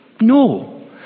no